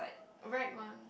right one